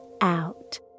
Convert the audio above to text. out